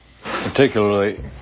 particularly